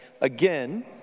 Again